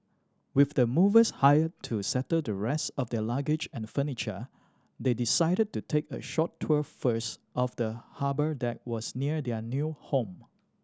with the movers hired to settle the rest of their luggage and furniture they decided to take a short tour first of the harbour that was near their new home